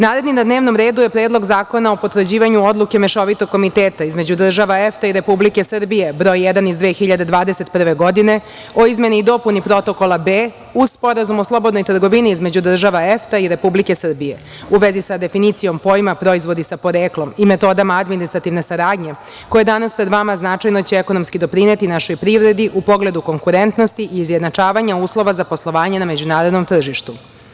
Naredni na dnevnom redu je Predlog zakona o potvrđivanju Odluke Mešovitog komiteta između država EFTA i Republike Srbije Broj 1 iz 2021. godine o izmeni i dopuni Protokola B, uz Sporazum o slobodnoj trgovini između država EFTA i Republike Srbije, u vezi sa definicijom pojma "proizvodi sa poreklom" i metodama administrativne saradnje, koji je danas pred vama, značajno će ekonomski doprineti našoj privredi u pogledu konkurentnosti i izjednačavanja uslova za poslovanje na međunarodnom tržištu.